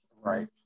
Right